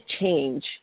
change